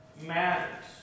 matters